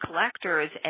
collectors